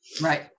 Right